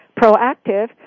proactive